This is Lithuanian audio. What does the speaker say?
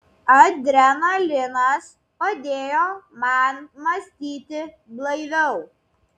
adrenalinas padėjo man mąstyti blaiviau